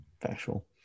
Factual